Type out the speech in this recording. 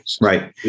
right